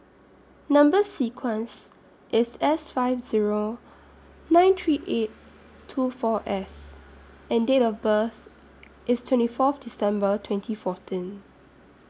Number sequence IS S five Zero nine three eight two four S and Date of birth IS twenty forth December twenty fourteen